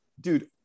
dude